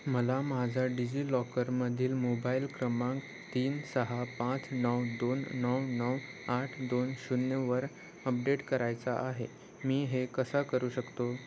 मला माझा डिजिलॉकरमधील मोबाईल क्रमांक तीन सहा पाच नऊ दोन नऊ नऊ आठ दोन शून्यवर अपडेट करायचा आहे मी हे कसा करू शकतो